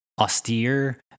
austere